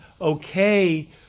okay